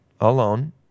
alone